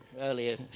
earlier